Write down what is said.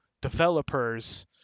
developers